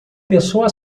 pessoa